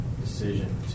decision